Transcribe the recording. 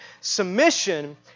submission